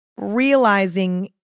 realizing